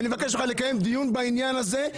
ואני מבקש ממך לקיים דיון בעניין הזה,